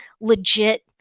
legit